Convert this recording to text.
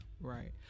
Right